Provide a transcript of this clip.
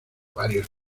varios